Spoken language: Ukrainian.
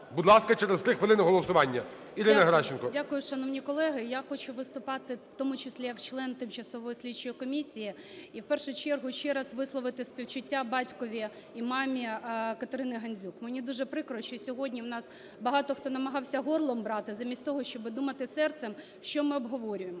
Дякую, шановні колеги. Я хочу виступати в тому числі як член тимчасової слідчої комісії, і в пергу чергу ще раз висловити співчуття батькові і мамі КатериниГандзюк. Мені дуже прикро, що сьогодні в нас багато хто намагався горлом брати, замість того щоби думати серцем, що ми обговорюємо.